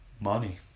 Money